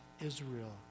Israel